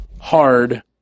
hard